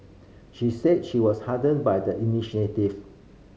she said she was heartened by the initiative